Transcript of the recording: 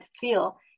feel